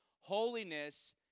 Holiness